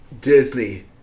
Disney